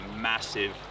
massive